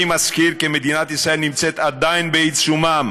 אני מזכיר כי מדינת ישראל נמצאת עדיין בעיצומם